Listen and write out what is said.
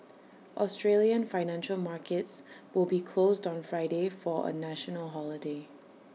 Australian financial markets will be closed on Friday for A national holiday